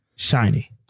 Shiny